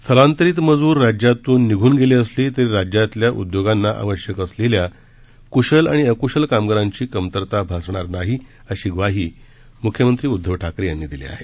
स्थालांतरित मजूर राज्यातून निघून गेले असले तरी राज्यातल्या उद्योगांना आवश्यक असलेल्या कुशल आणि अकुशल कामगारांची कमतरता भासणार नाही अशी ग्वाही मुख्यमंत्री उद्दव ठाकरे यांनी दिली आहे